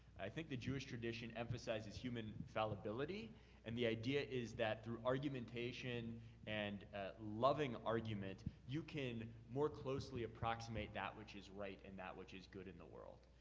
i think the jewish tradition emphasizes human fallibility and the idea is that through argumentation and loving argument, you can more closely approximate that which is right and that which is good in the world.